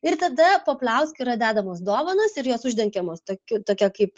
ir tada po pliauska yra dedamos dovanos ir jos uždengiamos tokiu tokia kaip